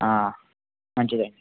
మంచిది అండి